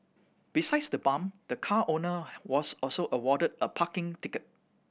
besides the bump the car owner was also awarded a parking ticket